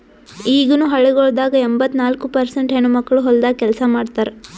ಈಗನು ಹಳ್ಳಿಗೊಳ್ದಾಗ್ ಎಂಬತ್ತ ನಾಲ್ಕು ಪರ್ಸೇಂಟ್ ಹೆಣ್ಣುಮಕ್ಕಳು ಹೊಲ್ದಾಗ್ ಕೆಲಸ ಮಾಡ್ತಾರ್